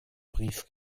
brief